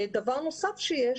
דבר נוסף שיש,